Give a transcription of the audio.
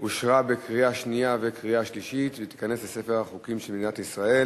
אושרה בקריאה שנייה וקריאה שלישית ותיכנס לספר החוקים של מדינת ישראל.